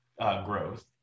growth